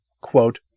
quote